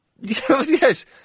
Yes